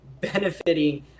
benefiting